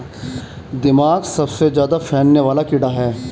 दीमक सबसे ज्यादा फैलने वाला कीड़ा है